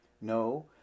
No